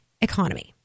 economy